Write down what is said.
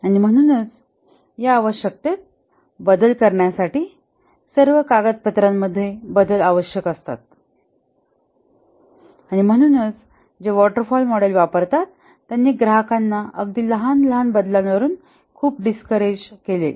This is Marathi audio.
आणि म्हणूनच या आवश्यकतेत बदल करण्यासाठी सर्व कागदपत्रां मध्ये बदल आवश्यक आहेत आणि म्हणूनच जे वॉटर फॉल चे मॉडेल वापरतात त्यांनी ग्राहकांना अगदी लहान बदला वरून हि खूप डिस्करेज केले